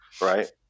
right